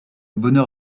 bonheur